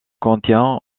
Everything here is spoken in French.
contient